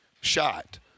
shot